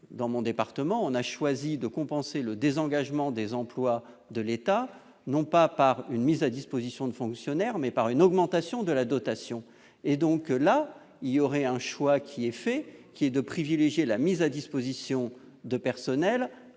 Dans mon département, on a choisi de compenser le désengagement des emplois de l'État, non pas par une mise à disposition de fonctionnaires, mais par une augmentation de la dotation. Avec cet amendement, le choix serait fait de privilégier la mise à disposition de personnel